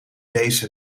deze